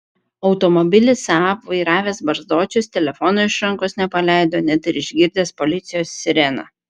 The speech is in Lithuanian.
automobilį saab vairavęs barzdočius telefono iš rankos nepaleido net ir išgirdęs policijos sireną